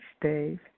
Dave